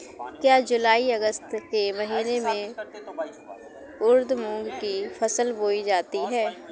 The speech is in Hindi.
क्या जूलाई अगस्त के महीने में उर्द मूंग की फसल बोई जाती है?